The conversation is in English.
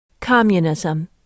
Communism